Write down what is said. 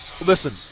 listen